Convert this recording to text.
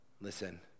listen